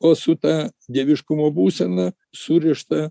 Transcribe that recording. o su ta dieviškumo būsena surišta